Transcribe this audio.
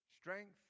strength